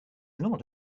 not